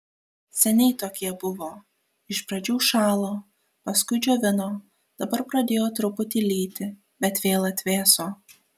seniai tokie buvo iš pradžių šalo paskui džiovino dabar pradėjo truputį lyti bet vėl atvėso